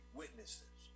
witnesses